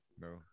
No